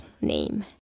name